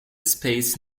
space